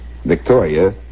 Victoria